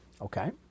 Okay